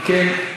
אם כן,